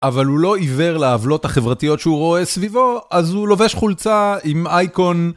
אבל הוא לא עיוור לעוולות החברתיות שהוא רואה סביבו, אז הוא לובש חולצה עם אייקון.